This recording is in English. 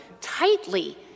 tightly